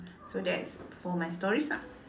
so that's for my stories lah